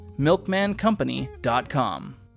MilkmanCompany.com